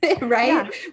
right